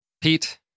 Pete